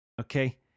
okay